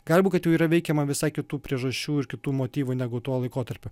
gali būti kad jau yra veikiama visai kitų priežasčių ir kitų motyvų negu tuo laikotarpiu